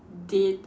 did